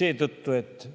seetõttu, et